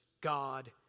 god